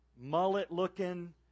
mullet-looking